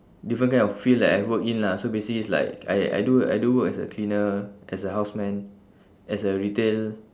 different kind of field that I've worked in lah so basically is like I I do I do work as a cleaner as a houseman as a retail